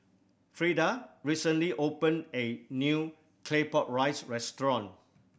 Freda recently opened A new Claypot Rice restaurant